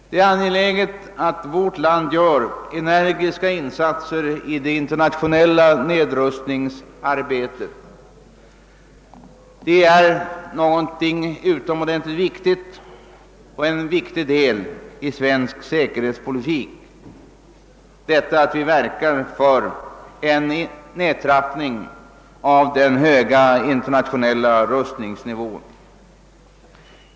Det är angeläget att vårt land gör energiska insatser i det internationella nedrustningsarbetet. Det är också en viktig del av svensk säkerhetspolitik att vi verkar för en nedtrappning av den höga internationella rustningsnivån.